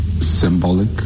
symbolic